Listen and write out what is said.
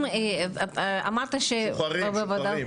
משוחררים.